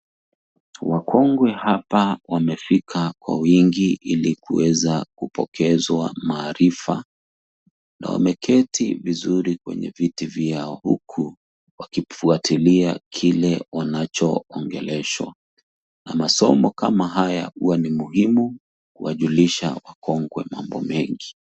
Wakongwe hapa wamefika kwa wingi ili kuweze kupokezwa maarifa. Na wameketi vizuri kwenye viti vyao huku wakifuatilia kile wanachoongeleshwa. Na masomo kama haya huwa ni muhimu kuwajulisha wakongwe mambo mengi.